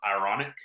Ironic